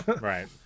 Right